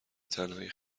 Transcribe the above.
تنهایی